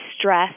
stress